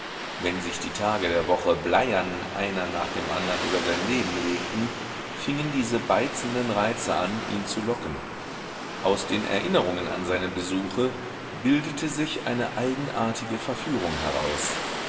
wenn sich die tage der woche bleiern einer nach dem andern über sein leben legten fingen diese beizenden reize an ihn zu locken aus den erinnerungen an seine besuche bildete sich eine eigenartige verführung heraus